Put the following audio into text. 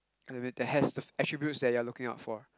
and has attributes that you are like looking out for